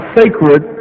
sacred